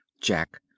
Jack